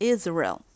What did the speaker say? Israel